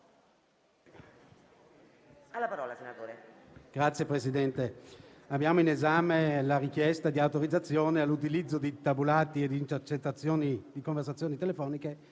Signor Presidente, abbiamo in esame la richiesta di autorizzazione all'utilizzo di tabulati e di intercettazioni di conversazioni telefoniche